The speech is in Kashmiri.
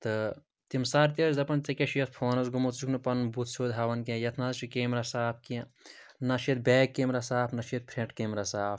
تہٕ تِم سَر تہٕ ٲسۍ دَپان ژےٚ کیٛاہ چھُ اَتھ فونَس گوٚمُت ژٕ چھُکھ نہٕ پَنُن بُتھ سیٚود ہاوَن کیٚنٛہہ یَتھ نہَ حظ چھِ کیمرا صاف کیٚنٛہہ نہَ چھُ یتھ بیک کیمرا صاف نہَ چھُ یتھ فرٛنٛٹ کیمرا صاف